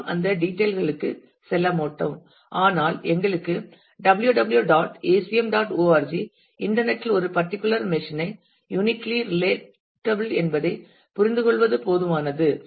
நாம் அந்த டீடெயில்ஸ் களுக்கு செல்ல மாட்டோம் ஆனால் எங்களுக்கு www dot acm dot org internet இல் ஒரு பர்டிக்யூலர் மெஷின் ஐ யூனிக்கிலி ரிலேட்டபிள் என்பதைப் புரிந்துகொள்வது போதுமானது